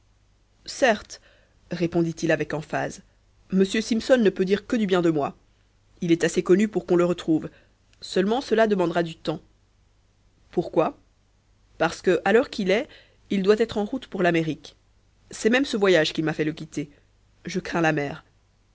certes répondit-il avec emphase m simpson ne peut dire que du bien de moi il est assez connu pour qu'on le retrouve seulement cela demandera du temps pourquoi parce que à l'heure qu'il est il doit être en route pour l'amérique c'est même ce voyage qui m'a fait le quitter je crains la mer